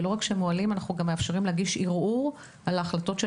ואנחנו גם מאפשרים להגיש ערעור על ההחלטות של